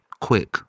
Quick